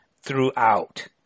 throughout